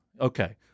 Okay